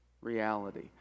reality